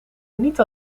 niet